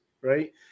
right